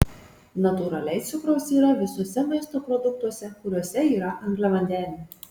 natūraliai cukraus yra visuose maisto produktuose kuriuose yra angliavandenių